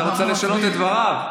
אתה רוצה לשנות את דבריו?